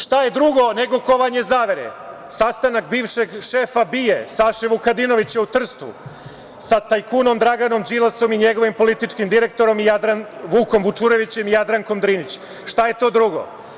Šta je to drugo nego kovanje zavere, sastanak bivšeg šefa BIA Saše Vukadinovića u Trstu sa tajkunom Draganom Đilasom i njegovim političkim direktorom Vukom Vučurevićem i Jadrankom Drinić, šta je to drugo?